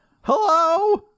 Hello